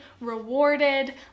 rewarded